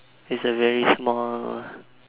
it's a very small